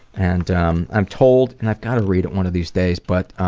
and um i'm told and i've got to read it one of these days but